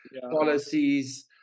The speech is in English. policies